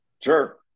Sure